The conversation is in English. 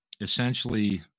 essentially